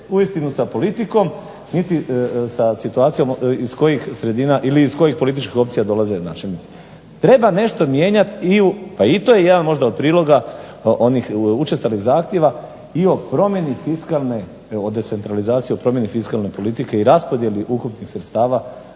uistinu sa politikom, niti sa situacijom iz kojih sredina ili iz kojih političkih opcija dolaze naši ministri. Treba nešto mijenjati i u, pa i to je možda jedan od priloga onih učestalih zahtjeva i o promjeni fiskalne, o decentralizaciji, o promjeni fiskalne politike i raspodjeli ukupnih sredstava